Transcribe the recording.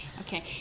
okay